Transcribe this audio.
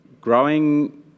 growing